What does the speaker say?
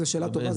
אז זה שאלה טובה,